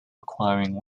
requiring